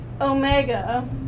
Omega